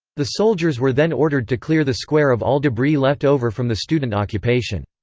the soldiers were then ordered to clear the square of all debris left over from the student occupation.